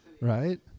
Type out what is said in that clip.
Right